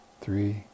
three